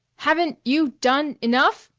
haven't you done enough?